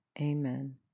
Amen